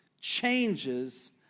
changes